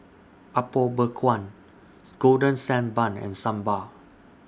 Apom Berkuah Golden Sand Bun and Sambal